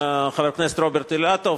חבר הכנסת רוברט אילטוב,